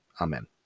Amen